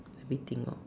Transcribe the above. everything lor